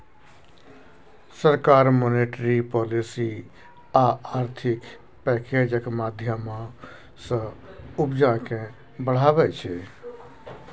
सरकार monetary policy आ आर्थिक पैकैजक माध्यमँ सँ उपजा केँ बढ़ाबै छै